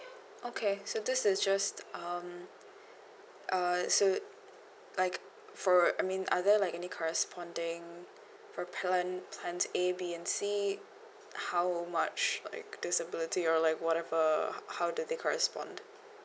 okay so this is just um uh so like for I mean are there like any corresponding for plan plan A B and C how much like disability or like whatever how how do they correspond